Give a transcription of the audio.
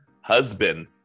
husband